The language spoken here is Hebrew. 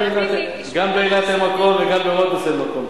גם באילת אין מקום וגם ברודוס אין מקום,